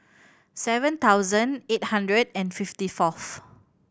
seven thousand eight hundred and fifty forth